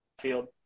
Field